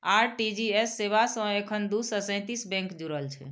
RTGS सेवा सं एखन दू सय सैंतीस बैंक जुड़ल छै